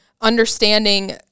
understanding